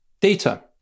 data